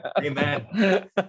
Amen